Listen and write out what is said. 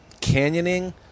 canyoning